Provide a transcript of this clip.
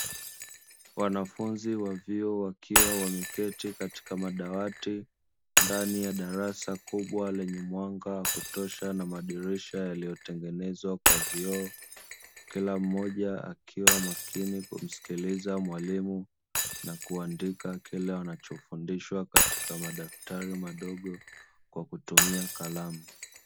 Wanafunzi wa vyuo, wakiwa wameketi katika madawati ndani ya darasa kubwa lenye mwanga wakutosha na madirisha yaliotengenezwa kwa vioo, kila mmoja akiwa makini kumsikiliza mwalimu na kuandika kile wanachofundishwa katika madaftari madogo kwa kutumia kalamu.